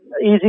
easy